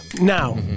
Now